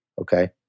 Okay